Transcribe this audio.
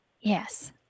yes